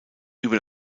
über